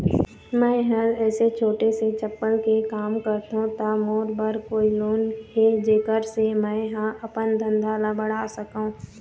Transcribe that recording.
मैं हर ऐसे छोटे से चप्पल के काम करथों ता मोर बर कोई लोन हे जेकर से मैं हा अपन धंधा ला बढ़ा सकाओ?